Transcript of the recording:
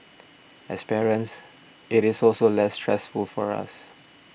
as parents it is also less stressful for us